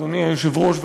אדוני היושב-ראש,